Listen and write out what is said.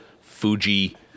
Fuji